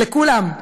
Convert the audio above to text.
לכולם.